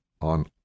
on